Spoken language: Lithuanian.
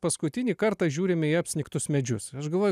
paskutinį kartą žiūrime į apsnigtus medžius aš galvoju